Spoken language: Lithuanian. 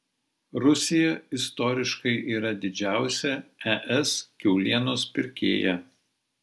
rusija istoriškai yra didžiausia es kiaulienos pirkėja